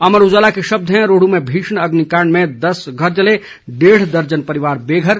अमर उजाला के शब्द हैं रोहडू में भीषण अग्निकांड में दस घर जले डेढ़ दर्जन परिवार बेघर